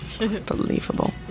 Unbelievable